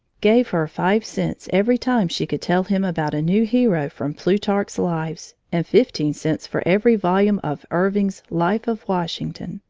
gave her five cents every time she could tell him about a new hero from plutarch's lives and fifteen cents for every volume of irving's life of washington.